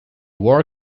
war